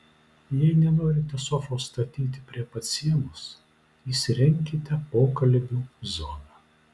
jei nenorite sofos statyti prie pat sienos įsirenkite pokalbių zoną